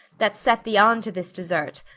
that set thee on to this desert,